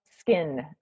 skin